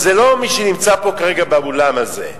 הלוא זה לא מי שנמצא כרגע פה באולם הזה.